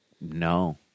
no